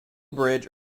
bridge